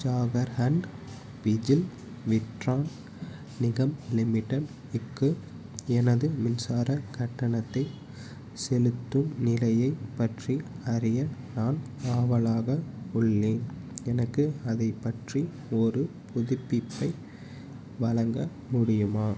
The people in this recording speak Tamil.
ஜாகர்ஹண்ட் பிஜில் விட்ரான் நிகம் லிமிட்டெடுக்கு எனது மின்சாரக் கட்டணத்தை செலுத்தும் நிலையைப் பற்றி அறிய நான் ஆவலாக உள்ளேன் எனக்கு அதைப் பற்றி ஒரு புதுப்பிப்பை வழங்க முடியுமா